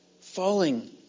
falling